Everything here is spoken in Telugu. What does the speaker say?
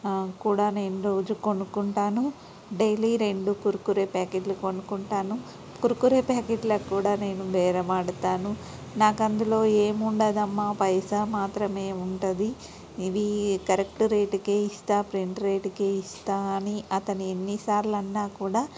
కూడా నేను రోజు కొనుక్కుంటాను డైలీ రెండు కుర్కురే ప్యాకెట్లు కొనుక్కుంటాను కుర్కురే ప్యాకెట్లకు కూడా నేను బేరం ఆడుతాను నాకందులో ఏముండదమ్మా పైసా మాత్రమే ఉంటుంది ఇవి కరెక్ట్ రేటుకే ఇస్తా ఫ్రెంట్ రేటుకే ఇస్తా అని అతనెన్నిసార్లు అన్నా కూడా